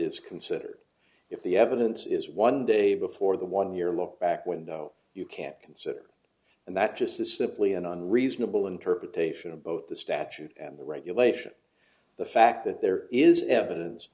is considered if the evidence is one day before the one year look back window you can't consider and that just is simply an on reasonable interpretation of both the statute and the regulation the fact that there is evidence